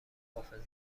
حافظه